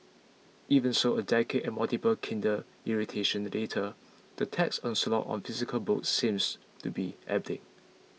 even so a decade and multiple Kindle iterations later the tech onslaught on physical books seems to be ebbing